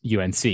UNC